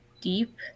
deep